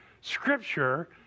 Scripture